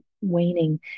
waning